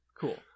Cool